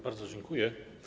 Bardzo dziękuję.